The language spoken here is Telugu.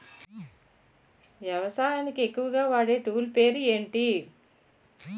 వ్యవసాయానికి ఎక్కువుగా వాడే టూల్ పేరు ఏంటి?